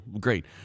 great